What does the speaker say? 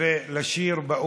ולשיר באו"ם.